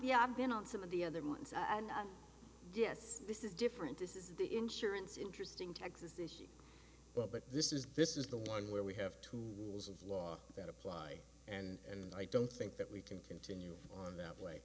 the i've been on some of the other ones yes this is different this is the insurance interesting texas issue but this is this is the one where we have to have law that apply and i don't think that we can continue on that way